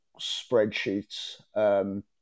spreadsheets